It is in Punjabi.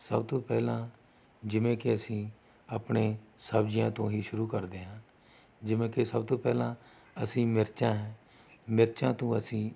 ਸਭ ਤੋਂ ਪਹਿਲਾਂ ਜਿਵੇਂ ਕਿ ਅਸੀਂ ਆਪਣੇ ਸਬਜ਼ੀਆਂ ਤੋਂ ਹੀ ਸ਼ੁਰੂ ਕਰਦੇ ਹਾਂ ਜਿਵੇਂ ਕਿ ਸਭ ਤੋਂ ਪਹਿਲਾਂ ਅਸੀਂ ਮਿਰਚਾਂ ਮਿਰਚਾਂ ਤੋਂ ਅਸੀਂ